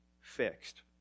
fixed